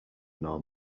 nor